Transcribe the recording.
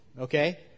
okay